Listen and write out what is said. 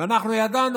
ואנחנו הרי ידענו